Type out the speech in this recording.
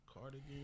cardigan